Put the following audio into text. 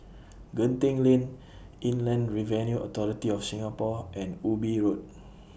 Genting Lane Inland Revenue Authority of Singapore and Ubi Road